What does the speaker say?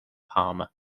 parma